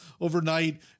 overnight